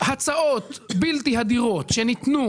הצעות בלתי הדירות שניתנו